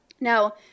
Now